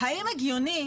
האם הגיוני,